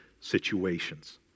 situations